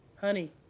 Honey